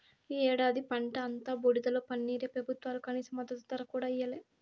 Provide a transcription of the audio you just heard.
ఈ ఏడాది పంట అంతా బూడిదలో పన్నీరే పెబుత్వాలు కనీస మద్దతు ధర కూడా ఇయ్యలే